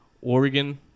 Oregon